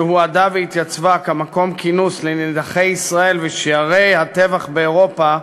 שהועדה והתייצבה כמקום כינוס לנידחי ישראל ושיירי הטבח באירופה,